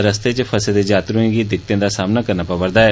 रस्ते च फसे दे यात्रुएं गी दिक्कते दा सामना करना पवा'रदा ऐ